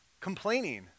complaining